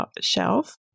shelf